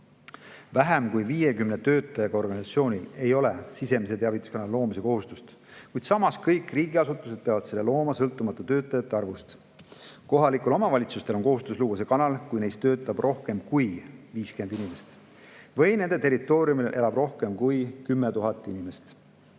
Vähem kui 50 töötajaga organisatsioonil ei ole sisemise teavituskanali loomise kohustust, kuid samas kõik riigiasutused peavad selle looma sõltumata töötajate arvust. Kohalikel omavalitsustel on kohustus luua see kanal, kui neis töötab rohkem kui 50 inimest või nende territooriumil elab rohkem kui 10 000 inimest.